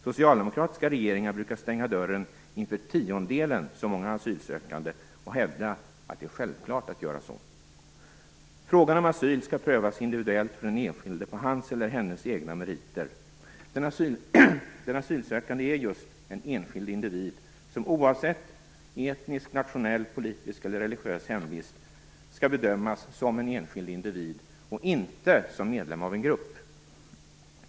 Socialdemokratiska regeringar brukar stänga dörren inför tiondelen så många asylsökande och hävda att det är självklart att göra så. Frågan om asyl skall prövas individuellt för den enskilde på hans eller hennes egna meriter. Den asylsökande är just en enskild individ som oavsett etnisk, nationell, politisk eller religiös hemvist skall bedömas som en enskild individ, inte som medlem av en grupp.